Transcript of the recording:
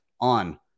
on